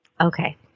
Okay